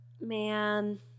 Man